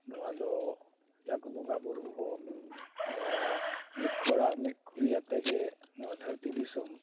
ᱱᱚᱣᱟ ᱫᱚ ᱡᱟᱠ ᱵᱚᱸᱜᱟ ᱵᱳᱨᱳ ᱠᱚ ᱟᱨ ᱢᱤᱫ ᱠᱚᱲᱟ ᱢᱤᱫ ᱠᱩᱲᱤ ᱟᱛᱮᱫ ᱜᱮ ᱱᱚᱣᱟ ᱫᱷᱟᱹᱨᱛᱤ ᱫᱤᱥᱚᱢ